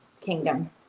kingdom